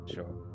Sure